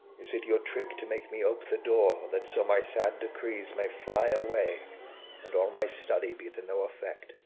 is it your trick to make me ope the door, that so my sad decrees may fly away and all my study be to no effect?